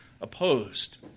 opposed